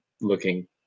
looking